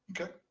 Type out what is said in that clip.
Okay